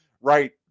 Right